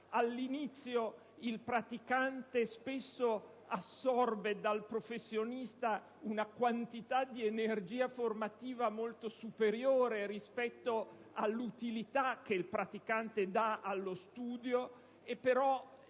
All'inizio il praticante sovente assorbe dal professionista una quantità di energia formativa molto superiore rispetto all'utilità che il praticante stesso dà allo studio;